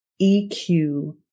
EQ